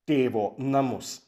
tėvo namus